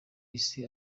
isi